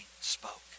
spoke